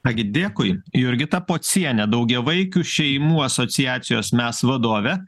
ką gi dėkui jurgita pocienė daugiavaikių šeimų asociacijos mes vadovė